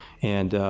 and,